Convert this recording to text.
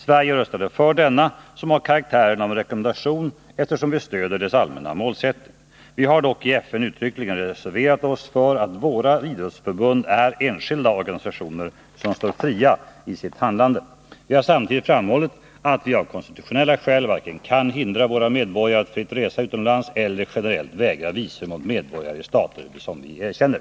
Sverige röstade för denna, som har karaktären av en rekommendation, eftersom vi stöder dess allmänna målsättning. Vi har dock i FN uttryckligen reserverat oss för att våra idrottsförbund är enskilda organisationer som står fria i sitt handlande. Vi har samtidigt framhållit att vi av konstitutionella skäl varken kan hindra våra medborgare att fritt resa utomlands eller generellt vägra visum åt medborgare i stater vi erkänner.